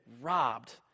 robbed